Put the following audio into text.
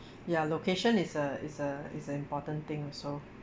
ya location is a is a is a important thing also